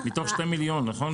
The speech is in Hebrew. בקבוקים, נכון,